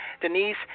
denise